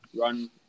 run